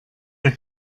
der